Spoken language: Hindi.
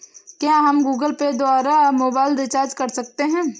क्या हम गूगल पे द्वारा मोबाइल रिचार्ज कर सकते हैं?